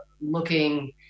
looking